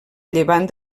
llevant